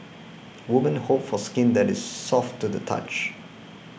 women hope for skin that is soft to the touch